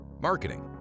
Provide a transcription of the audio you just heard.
marketing